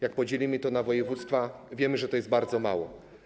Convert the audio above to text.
Jak podzielimy to na województwa, wyjdzie, że to jest bardzo mało.